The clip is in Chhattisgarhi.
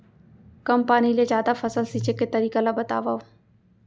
कम पानी ले जादा फसल सींचे के तरीका ला बतावव?